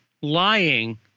lying